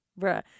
bruh